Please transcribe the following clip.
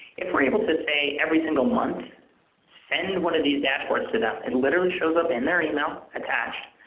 if we are able to say every single month send and one of these dashboards to them, it and literally shows up in their email attached.